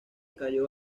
cayó